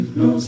no